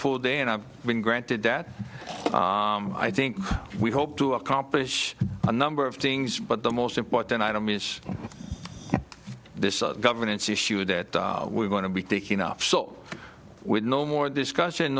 full day and i've been granted that i think we hope to accomplish a number of things but the most important item is this governance issue that we're going to be taking off so with no more discussion